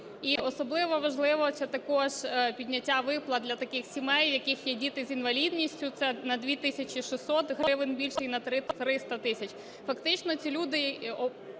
І особливо важливо, це також підняття виплат для таких сімей, в яких є діти з інвалідністю, це на 2 тисячі 600 гривень більше і на 3300. Фактично, ці люди